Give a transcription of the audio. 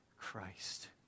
Christ